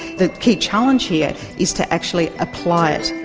the key challenge here is to actually apply it.